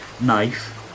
knife